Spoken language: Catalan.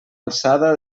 alçada